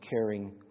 caring